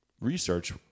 research